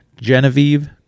Genevieve